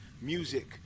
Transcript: music